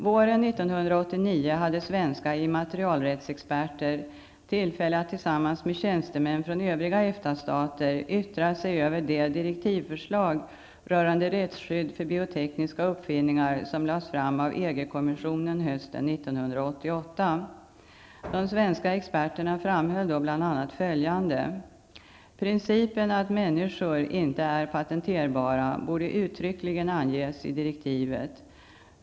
Våren 1989 hade svenska immaterialrättsexperter tillfälle att tillsammans med tjänstemän från övriga EFTA-stater yttra sig över det direktivförslag rörande rättsskydd för biotekniska uppfinningar som lades fram av EG-kommissionen hösten 1988. De svenska experterna framhöll då bl.a. följande. Principen att människor inte är patenterbara borde uttryckligen anges i direktivet.